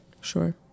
Sure